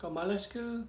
kau malas ke